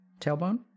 Tailbone